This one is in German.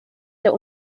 der